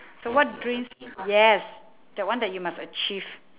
so what dreams yes that one that you must achieve